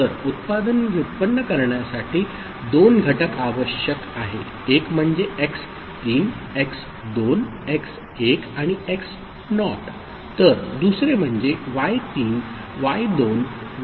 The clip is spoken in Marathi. तर उत्पादन व्युत्पन्न करण्यासाठी दोन घटक आवश्यक आहे एक म्हणजे एक्स 3 एक्स 2 एक्स 1 आणि एक्स नॉट तर दुसरे म्हणजे y3 y2 y1 आणि y नॉट